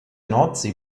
nordsee